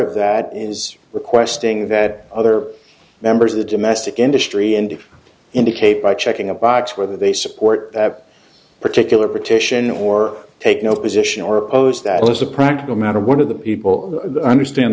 of that is requesting that other members of the domestic industry and if indicate by checking a box whether they support that particular petition or take no position or post that as a practical matter one of the people understand